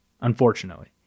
Unfortunately